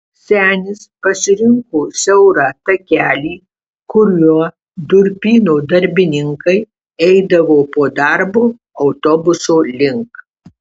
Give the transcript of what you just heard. senis pasirinko siaurą takelį kuriuo durpyno darbininkai eidavo po darbo autobuso link